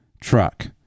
truck